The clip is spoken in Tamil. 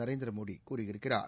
நரேந்திர மோடி கூறியிருக்கிறார்